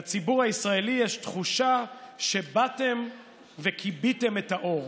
לציבור הישראלי יש תחושה שבאתם וכיביתם את האור.